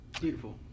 Beautiful